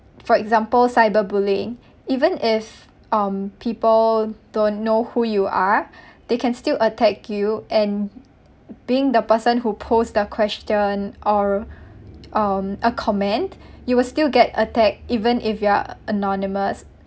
for example cyberbullying even if um people don't know who you are they can still attack you and being the person who post the question or um a comment you will still get attacked even if you are anonymous